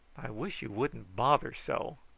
i wish you wouldn't bother so.